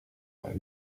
ati